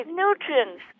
nutrients